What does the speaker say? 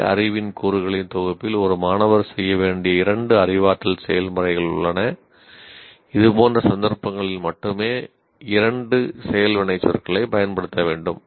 ஒரே அறிவின் கூறுகளின் தொகுப்பில் ஒரு மாணவர் செய்ய வேண்டிய இரண்டு அறிவாற்றல் செயல்முறைகள் உள்ளன இதுபோன்ற சந்தர்ப்பங்களில் மட்டுமே இரண்டு செயல் வினைச்சொற்களைப் பயன்படுத்த வேண்டும்